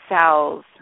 cells